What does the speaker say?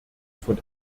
von